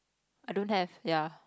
I don't have ya